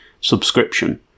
subscription